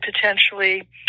potentially